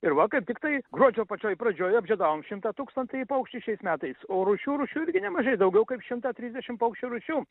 ir va kaip tik tai gruodžio pačioj pradžioj žiedavom šimtą tūkstantąjį paukštį šiais metais o rūšių rūšių irgi nemažai daugiau kaip šimta trisdešim paukščių rūšių